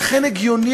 לכן הגיוני,